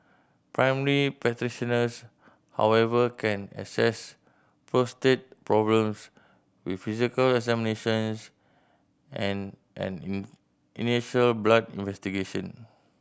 primary practitioners however can assess prostate problems with physical examinations and an in initial blood investigation